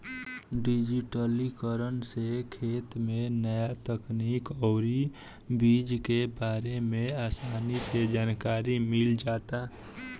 डिजिटलीकरण से खेती में न्या तकनीक अउरी बीज के बारे में आसानी से जानकारी मिल जाता